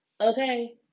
okay